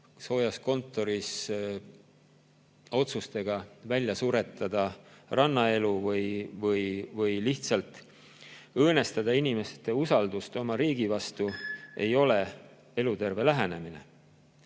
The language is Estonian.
Soojas kontoris otsustega välja suretada rannaelu või lihtsalt õõnestada inimeste usaldust oma riigi vastu ei ole eluterve lähenemine.